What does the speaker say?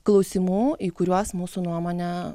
klausimų į kuriuos mūsų nuomone